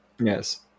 Yes